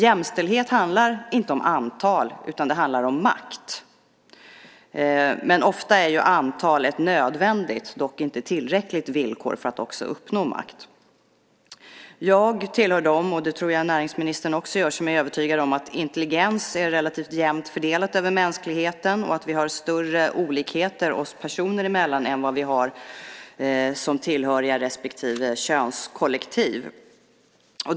Jämställdhet handlar inte om antal, utan det handlar om makt. Men ofta är ju antal ett nödvändigt, dock inte tillräckligt, villkor för att också uppnå makt. Jag tillhör dem - det tror jag att näringsministern också gör - som är övertygade om att intelligens är relativt jämnt fördelad över mänskligheten och att vi har större olikheter oss personer emellan än vad vi har som tillhöriga respektive könskollektiv.